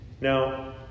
Now